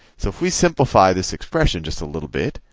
so if we simplify this expression just a little bit,